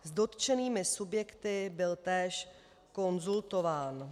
S dotčenými subjekty byl též konzultován.